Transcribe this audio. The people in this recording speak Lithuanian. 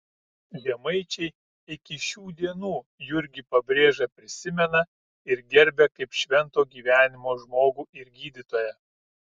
žemaičiai iki šių dienų jurgį pabrėžą prisimena ir gerbia kaip švento gyvenimo žmogų ir gydytoją